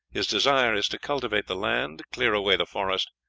his desire is to cultivate the land, clear away the forest,